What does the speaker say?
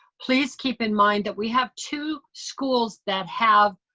please keep in mind that we have two schools that have